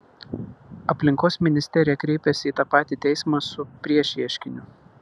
aplinkos ministerija kreipėsi į tą patį teismą su priešieškiniu